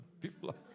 people